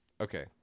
Okay